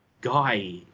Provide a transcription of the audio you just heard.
...guy